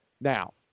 Now